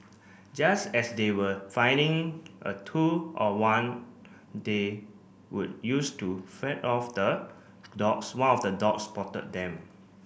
just as they were finding a tool or one they could use to fend off the dogs one of the dogs spotted them